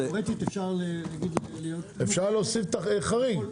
תיאורטית אפשר נגיד להיות --- אפשר להוסיף את החריג,